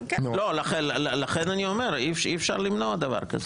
לכן אני אומר שאי אפשר למנוע דבר כזה.